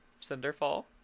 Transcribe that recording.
Cinderfall